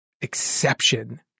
Exception